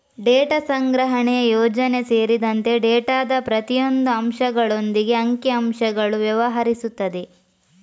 data ಸಂಗ್ರಹಣೆಯ ಯೋಜನೆ ಸೇರಿದಂತೆ ಡೇಟಾದ ಪ್ರತಿಯೊಂದು ಅಂಶಗಳೊಂದಿಗೆ ಅಂಕಿ ಅಂಶಗಳು ವ್ಯವಹರಿಸುತ್ತದೆ